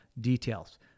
details